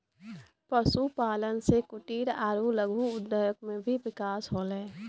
पशुपालन से कुटिर आरु लघु उद्योग मे भी बिकास होलै